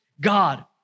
God